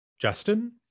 Justin